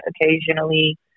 occasionally